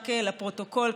רק לפרוטוקול,